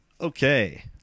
Okay